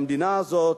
המדינה הזאת,